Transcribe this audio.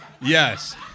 Yes